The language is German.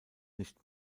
nicht